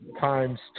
times